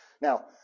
Now